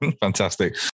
fantastic